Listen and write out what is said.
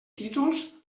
títols